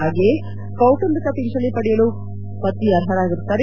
ಹಾಗೆಯೇ ಕೌಟುಂಬಿಕ ಪಿಂಚಣಿ ಪಡೆಯಲು ಪತ್ನಿ ಅರ್ಹರಾಗಿರುತ್ತಾರೆ